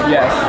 Yes